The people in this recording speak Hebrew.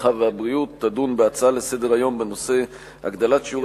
הרווחה והבריאות תדון בהצעה לסדר-היום בנושא: הגדלת שיעור